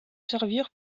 servir